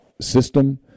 system